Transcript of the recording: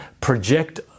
project